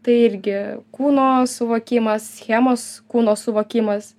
tai irgi kūno suvokimas schemos kūno suvokimas